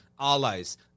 Allies